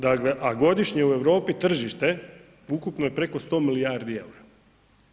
Dakle, a godišnje u Europi tržište ukupno je preko 100 milijardi EUR-a.